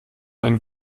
einen